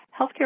Healthcare